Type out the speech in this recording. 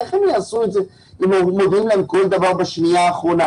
איך הם יעשו את זה אם מודיעים להם כל דבר בשנייה האחרונה?